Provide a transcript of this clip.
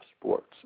sports